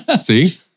See